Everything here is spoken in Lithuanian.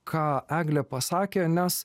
ką eglė pasakė nes